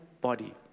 body